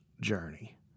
journey